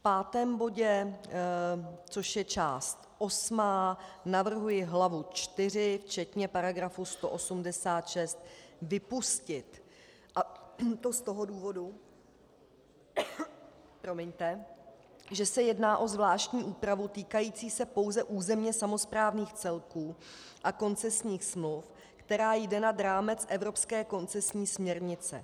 V pátém bodě, což je část osmá, navrhuji hlavu IV včetně § 186 vypustit, a to z toho důvodu, že se jedná o zvláštní úpravu týkající se pouze územně samosprávných celků a koncesních smluv, která jde nad rámec evropské koncesní směrnice.